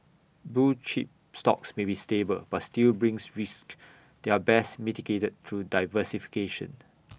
blue chip stocks may be stable but still brings risks they are best mitigated through diversification